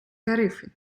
тарифи